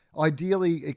ideally